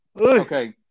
Okay